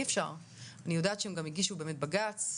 אני יודעת שהם גם הגישו בג"צ,